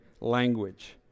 language